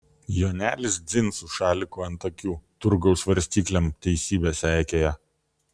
jonelis dzin su šaliku ant akių turgaus svarstyklėm teisybę seikėja